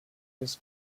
his